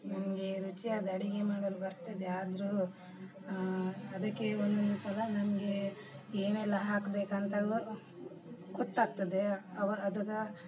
ನನಗೆ ರುಚಿಯಾದ ಅಡುಗೆ ಮಾಡಲು ಬರ್ತದೆ ಆದರೂ ಅದಕ್ಕೆ ಒಂದೊಂದು ಸಲ ನನಗೆ ಏನೆಲ್ಲ ಹಾಕ್ಬೇಕು ಅಂತ ಗೊತ್ತಾಗ್ತದೆ ಅವ ಅದಗ